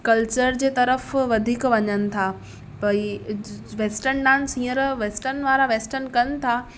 culture जे तरफ़ वधीक वञनि था भई वेस्टर्न डांस हीअंर वेस्टर्न वारा वेस्टर्न कनि था